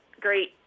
great